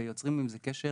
ויוצרים בזה קשר